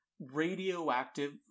radioactive